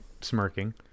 smirking